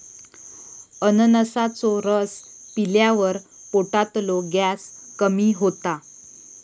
अननसाचो रस पिल्यावर पोटातलो गॅस कमी होता